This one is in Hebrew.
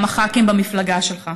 גם הח"כים במפלגה שלך.